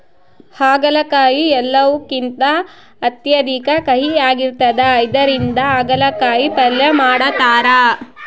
ಆಗಲಕಾಯಿ ಎಲ್ಲವುಕಿಂತ ಅತ್ಯಧಿಕ ಕಹಿಯಾಗಿರ್ತದ ಇದರಿಂದ ಅಗಲಕಾಯಿ ಪಲ್ಯ ಮಾಡತಾರ